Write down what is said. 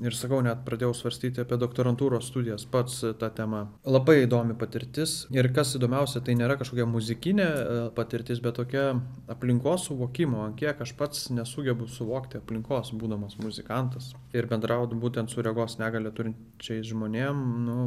ir sakau net pradėjau svarstyti apie doktorantūros studijas pats ta tema labai įdomi patirtis ir kas įdomiausia tai nėra kažkokia muzikinė patirtis bet tokia aplinkos suvokimo kiek aš pats nesugebu suvokti aplinkos būdamas muzikantas ir bendraut būtent su regos negalią turinčiais žmonėms nu